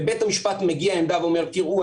ובית המשפט מביע עמדה ואומר: תראו,